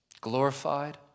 glorified